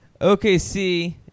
OKC